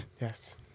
Yes